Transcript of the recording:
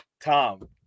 Tom